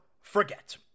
forget